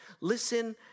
Listen